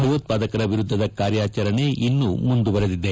ಭಯೋತ್ವಾದಕರ ವಿರುದ್ದದ ಕಾರ್ಯಾಚರಣೆ ಇನ್ನೂ ಮುಂದುವರೆದಿದೆ